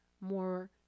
more